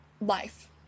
life